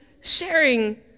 sharing